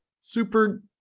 Super